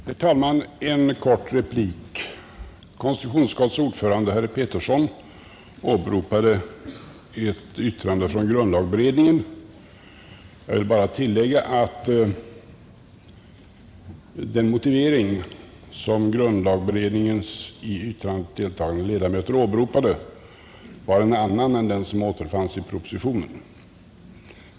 Herr talman! En kort replik! Konstitutionsutskottets ordförande herr Pettersson åberopade ett yttrande från grundlagberedningen, Jag vill bara tillägga att den motivering som grundlagberedningens i yttrandet deltagande ledamöter åberopade var en annan än den som återfanns i propositionen.